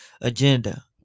agenda